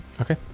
Okay